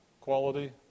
Quality